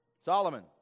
Solomon